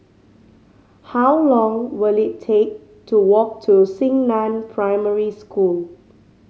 how long will it take to walk to Xingnan Primary School